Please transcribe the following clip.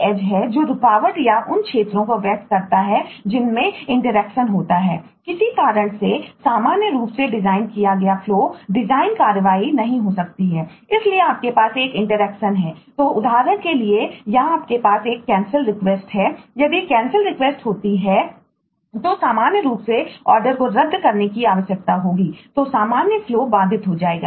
as बाधित हो जाएगा